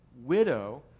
widow